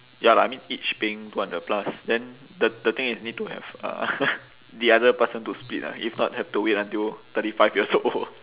ya lah I mean each paying two hundred plus then the the thing is need to have uh the other person to split lah if not have to wait until thirty five years old